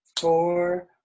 four